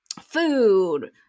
food